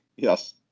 Yes